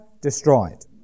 destroyed